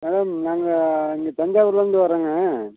madam நாங்கள் இங்கே தஞ்சாவூர்லிருந்து வரோங்க